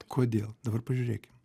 kodėl dabar pažiūrėkim